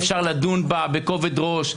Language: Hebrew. אפשר לדון בה בכובד ראש,